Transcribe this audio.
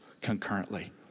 concurrently